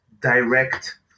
direct